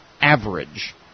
average